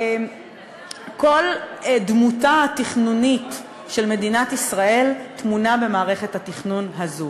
כל דמותה התכנונית של מדינת ישראל טמונה במערכת התכנון הזו,